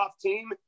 team